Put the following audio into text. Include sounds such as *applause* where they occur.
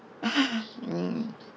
*laughs*